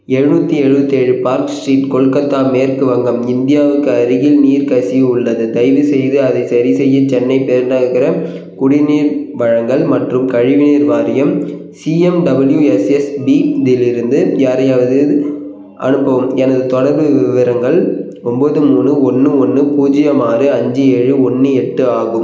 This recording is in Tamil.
எழுநூற்றி எழுபத்தி ஏழு பார்க் ஸ்ட்ரீட் கொல்கத்தா மேற்கு வங்கம் இந்தியாவுக்கு அருகில் நீர் கசிவு உள்ளது தயவுசெய்து அதை சரிசெய்ய சென்னை பெருநகரம் குடிநீர் வழங்கல் மற்றும் கழிவுநீர் வாரியம் சிஎம்டபிள்யூஎஸ்எஸ்பிதிலிருந்து யாரையாவது அனுப்பவும் எனது தொடர்பு விவரங்கள் ஒம்பது மூணு ஒன்று ஒன்று பூஜ்ஜியம் ஆறு அஞ்சு ஏழு ஒன்று எட்டு ஆகும்